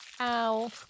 Ow